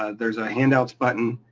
ah there's a hand outs button,